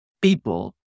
People